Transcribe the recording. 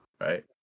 right